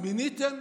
מיניתם